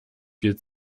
viel